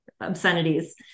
Obscenities